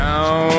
Now